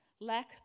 Lack